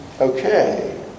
okay